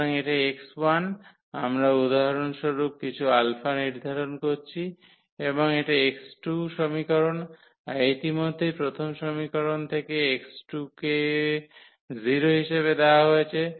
সুতরাং এটা 𝑥1 আমরা উদাহরণস্বরূপ কিছু α নির্ধারণ করছি এবং এটা 𝑥2 সমীকরণ আর ইতিমধ্যেই প্রথম সমীকরণ থেকে 𝑥2 কে 0 হিসাবে দেওয়া হয়েছে